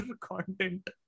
content